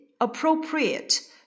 Appropriate